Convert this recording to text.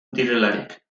direlarik